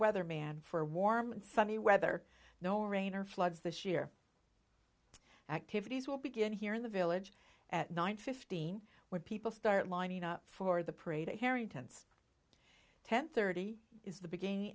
weather man for warm and sunny weather no rain or floods this year activities will begin here in the village at nine fifteen when people start lining up for the parade a harrington's ten thirty is the beginning